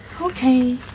Okay